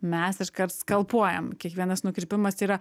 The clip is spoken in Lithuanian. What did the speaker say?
mes iškart skalpuojam kiekvienas nukrypimas yra